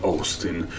Austin